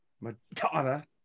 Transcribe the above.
Madonna